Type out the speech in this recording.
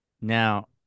Now